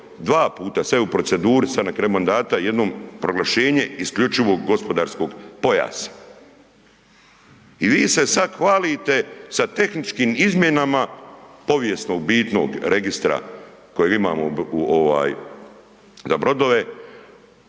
dva puta, sve u proceduri, sad na kraju mandata, jednom proglašenje isključivog gospodarskog pojasa i vi se sad hvalite sa tehničkim izmjenama povijesno bitno registra kojeg imamo na brodove,